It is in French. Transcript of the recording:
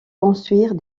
construire